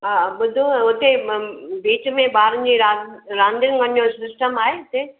हा ॿुधो ऐं हुते म बिच में ॿारनि जी रांदि रांदियूं रमण जो सिस्टम आहे हिते